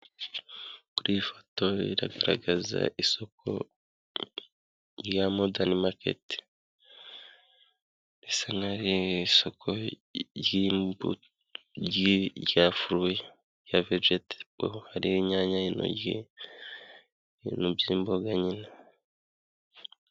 Kuri iyi foto iragaragaza isoko rya modani maketi, risa nkaho ari isoko ry'imbuto, rya furuwi, rya vejetebo, hari inyanya, intoryi, ibintu by'imboga nyine.